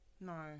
No